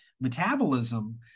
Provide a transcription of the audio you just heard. metabolism